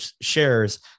shares